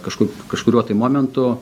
kažkur kažkuriuo tai momentu